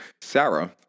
Sarah